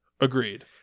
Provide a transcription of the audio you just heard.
agreed